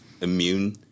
immune